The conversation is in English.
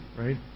right